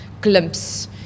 glimpse